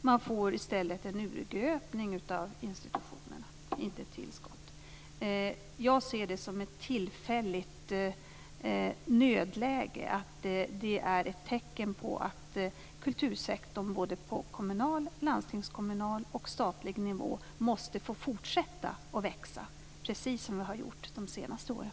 Man får en urgröpning av institutionerna, inte ett tillskott. Jag ser det som ett tillfälligt nödläge. Det är ett tecken på att kultursektorn på såväl kommunal och landstingskommunal som statlig nivå måste få fortsätta att växa, precis som har skett under de senaste åren.